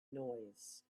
noise